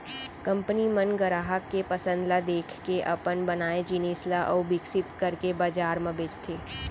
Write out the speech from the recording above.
company मन गराहक के पसंद ल देखके अपन बनाए जिनिस ल अउ बिकसित करके बजार म बेचथे